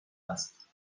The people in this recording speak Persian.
است